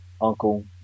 uncle